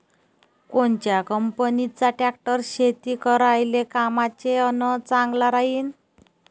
कोनच्या कंपनीचा ट्रॅक्टर शेती करायले कामाचे अन चांगला राहीनं?